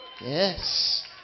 Yes